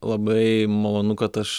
labai malonu kad aš